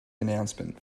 announcement